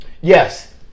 Yes